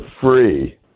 free